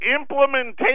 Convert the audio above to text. implementation